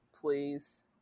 please